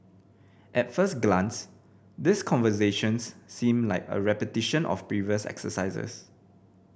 at first glance these conversations seem like a repetition of previous exercises